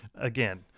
again